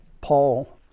Paul